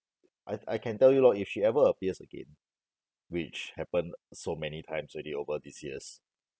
I I can tell you lor if she ever appears again which happened so many times already over these years